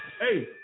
Hey